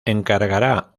encargará